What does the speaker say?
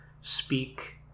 speak